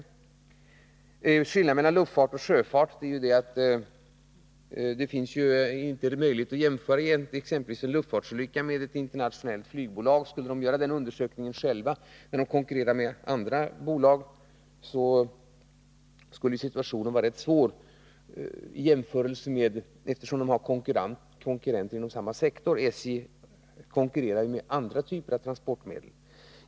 Sedan gällde det skillnaden mellan å ena sidan luftfart och sjöfart och å andra sidan SJ. Det är egentligen inte möjligt att jämföra med exempelvis en luftfartsolycka för ett internationellt flygbolag. Skulle bolaget göra undersökningen självt skulle situationen vara rätt svår — det har ju konkurrenter inom samma sektor. SJ konkurrerar däremot med andra typer av transportmedel.